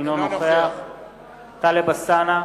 אינו נוכח טלב אלסאנע,